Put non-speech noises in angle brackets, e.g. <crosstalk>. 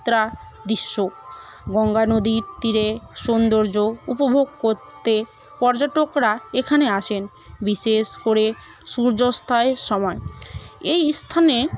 <unintelligible> দৃশ্য গঙ্গা নদীর তীরে সৌন্দর্য উপভোগ করতে পর্যটকরা এখানে আসেন বিশেষ করে সূর্যাস্তের সময় এই স্থানে